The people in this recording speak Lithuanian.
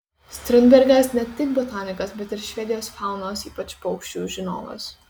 strindbergas ne tik botanikas bet ir švedijos faunos ypač paukščių žinovas